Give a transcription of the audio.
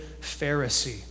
Pharisee